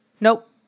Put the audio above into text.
Nope